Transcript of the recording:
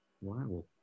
Wow